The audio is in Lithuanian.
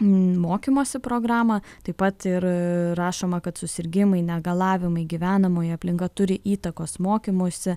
mokymosi programą taip pat ir rašoma kad susirgimai negalavimai gyvenamoji aplinka turi įtakos mokymuisi